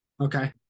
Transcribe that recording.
Okay